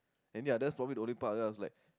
any others probably the only part that I was like